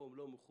במקום לא מכובד